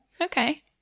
Okay